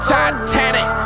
Titanic